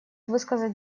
высказать